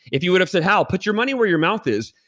if you would have said, hal, put your money where your mouth is,